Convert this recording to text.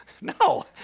No